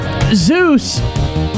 Zeus